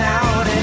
out